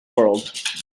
world